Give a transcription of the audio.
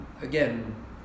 Again